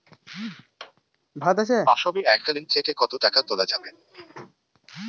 পাশবই এককালীন থেকে কত টাকা তোলা যাবে?